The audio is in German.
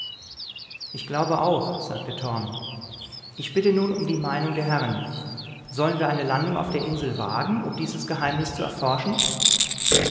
ich glaube auch sagte torm ich bitte nun um die meinung der herren sollen wir eine landung auf der insel wagen um dieses geheimnis zu erforschen